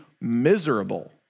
miserable